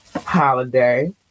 holiday